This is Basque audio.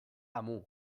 amu